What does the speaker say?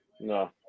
No